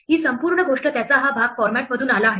ही संपूर्ण गोष्ट त्याचा हा भाग फॉर्मेटमधून आला आहे